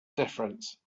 difference